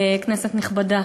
כנסת נכבדה,